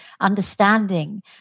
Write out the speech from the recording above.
understanding